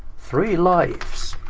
three lives.